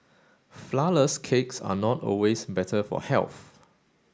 flourless cakes are not always better for health